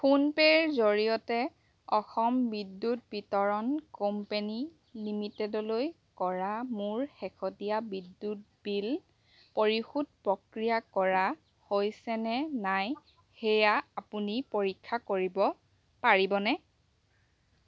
ফোনপে'ৰ জৰিয়তে অসম বিদ্যুৎ বিতৰণ কোম্পেনী লিমিটেডলৈ কৰা মোৰ শেহতীয়া বিদ্যুৎ বিল পৰিশোধ প্ৰক্ৰিয়া কৰা হৈছেনে নাই সেয়া আপুনি পৰীক্ষা কৰিব পাৰিবনে